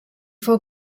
fou